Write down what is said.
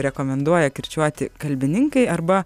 rekomenduoja kirčiuoti kalbininkai arba